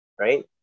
right